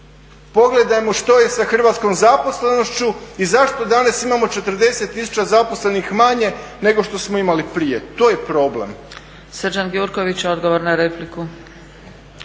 Pogledajmo što je sa hrvatskom zaposlenošću i zašto danas imamo 40 tisuća zaposlenih manje nego što smo imali prije. To je problem.